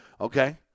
Okay